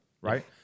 right